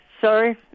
sorry